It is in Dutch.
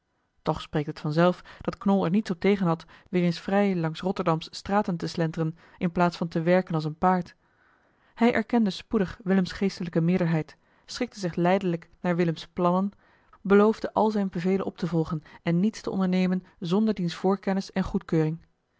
toch spreekt het vanzelf dat knol er niets op tegen had weer eens vrij langs rotterdams straten te slenteren in plaats van te werken als een paard hij erkende spoedig willems geestelijke meerderheid schikte zich lijdelijk naar willems plannen beloofde al zijne bevelen op te volgen en niets te ondernemen zonder diens eli heimans willem roda voorkennis en goedkeuring